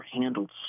handled